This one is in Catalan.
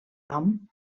nom